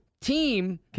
team